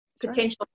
potential